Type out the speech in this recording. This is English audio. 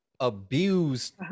abused